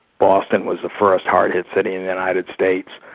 boston was the first hard-hit city in the united states,